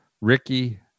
Ricky